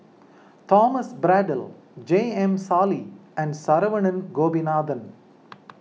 Thomas Braddell J M Sali and Saravanan Gopinathan